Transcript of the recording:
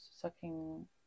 sucking